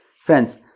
friends